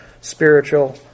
spiritual